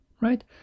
right